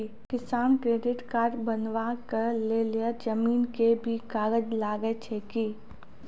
किसान credit card बनबा के लेल जमीन के भी कागज लागै छै कि?